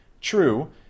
True